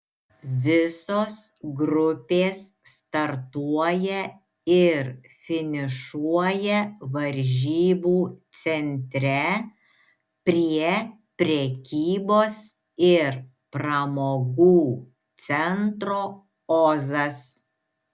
visos grupės startuoja ir finišuoja varžybų centre prie prekybos ir pramogų centro ozas